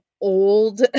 old